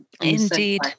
indeed